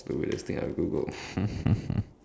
the weirdest thing I've Googled